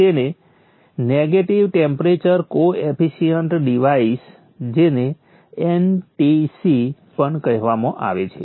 તેને negative temperature coefficient device જેને NTC પણ કહેવામાં આવે છે